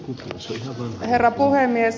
arvoisa herra puhemies